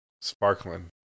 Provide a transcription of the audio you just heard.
Sparkling